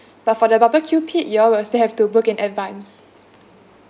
but for the barbecue pit your all will still have to book in advance